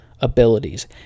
abilities